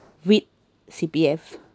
with C_P_F